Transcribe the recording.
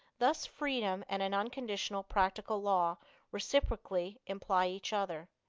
thus freedom and an unconditional practical law reciprocally imply each other.